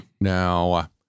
Now